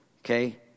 Okay